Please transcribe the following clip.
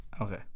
Okay